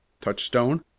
Touchstone